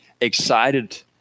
excited